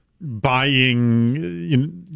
buying